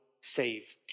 save